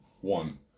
one